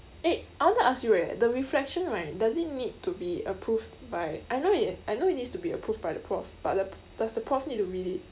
eh I wanted ask you eh the reflection right does it need to be approved by I know it I know it needs to be approved by the prof but the does the prof need to read it